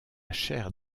chaire